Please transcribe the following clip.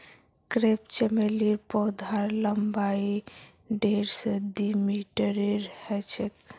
crepe चमेलीर पौधार लम्बाई डेढ़ स दी मीटरेर ह छेक